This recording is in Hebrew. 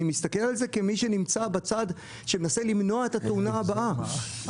אני מסתכל על זה כמי שנמצא בצד שמנסה למנוע את התאונה הבאה.